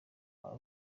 aba